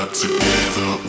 together